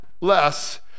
less